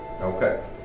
Okay